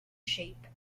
shape